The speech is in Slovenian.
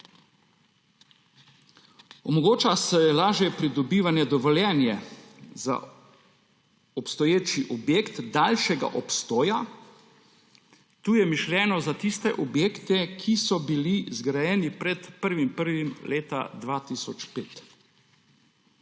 Omogoča se lažje pridobivanje dovoljenja za obstoječi objekt daljšega obstoja, to je mišljeno za tiste objekte, ki so bili zgrajeni pred 1. 1. 2005.